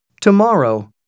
tomorrow